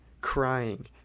crying